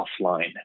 offline